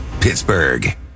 Pittsburgh